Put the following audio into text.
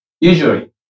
Usually